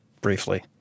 briefly